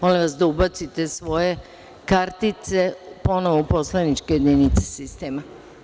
Molim vas da ubacite svoje kartice ponovo u poslaničke jedinice sistema.